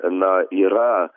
na yra